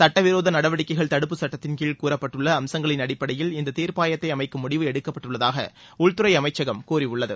சுட்டவிரோத நடவடிக்கைகள் தடுப்பு சுட்டத்தின்கீழ் கூறப்பட்டுள்ள அம்சங்களின் அடிப்படையில் இந்த தீர்ப்பாயத்தை அமைக்கும் முடிவு எடுக்கப்பட்டுள்ளதாக உள்துறை அமைச்சகம் கூறியுள்ளது